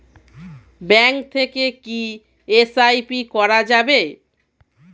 Bank থেকে কী SIP করা যাবে?